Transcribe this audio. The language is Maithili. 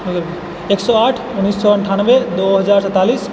एक सए आठ उन्नीस सए अनठानबे दू हजार सैतालिस